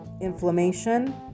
inflammation